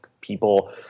people